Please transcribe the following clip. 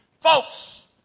Folks